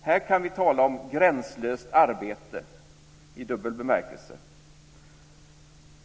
Här kan vi tala om gränslöst arbete i dubbel bemärkelse.